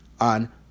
on